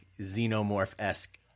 xenomorph-esque